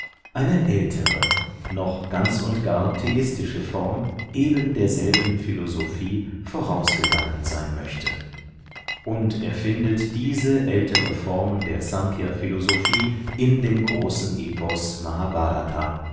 eine ältere noch ganz und gar theistische form ebenderselben philosophie vorausgegangen sein möchte und er findet diese ältere form der snkhya philosophie in dem großen epos